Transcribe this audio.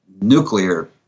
nuclear